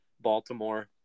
Baltimore